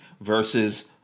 versus